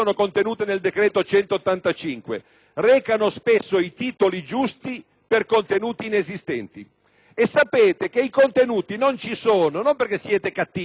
E sapete che i contenuti non ci sono non perché siete cattivi o perché non volete metterceli, ma perché per esserci i contenuti reclamano risorse aggiuntive,